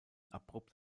abrupt